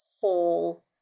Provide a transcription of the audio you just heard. whole